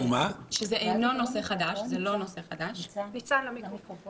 נושא שהוא פר אקסלנס בריאותי של משרד הבריאות